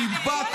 מה זה?